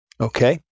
Okay